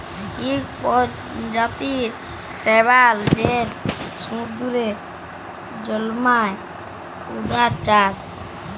ইক পরজাতির শৈবাল যেট সমুদ্দুরে জল্মায়, উয়ার চাষ